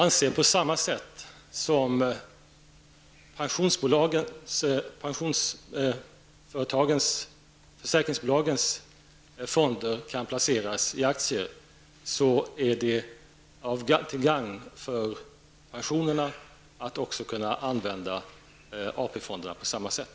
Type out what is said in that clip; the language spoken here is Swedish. Herr talman! Försäkringsbolagens fonder kan placeras i aktier, och jag anser att det är till gagn för pensionerna att också kunna använda AP-fonderna på samma sätt.